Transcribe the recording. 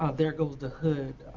ah there goes the hood,